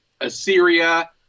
Assyria